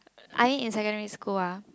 I in secondary school ah